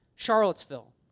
Charlottesville